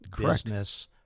business